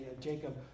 Jacob